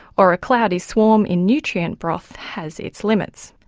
or a cloudy swarm in nutrient broth, has its limits.